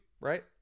Right